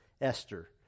Esther